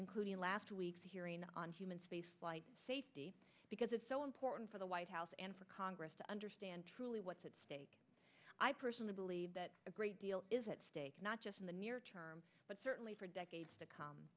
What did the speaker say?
including last week's hearing on human space flight safety because it's so important for the white house and for congress to understand truly what's at stake i personally believe that a great deal is at stake not just in the near term but certainly for decades to come